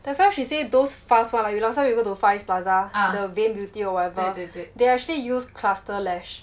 that's why she say those fast [one] ah we last time we go to far east plaza the vain beauty or whatever they actually use cluster lash